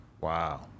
Wow